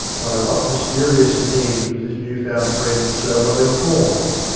by what mysterious means was this new-found friend so well informed?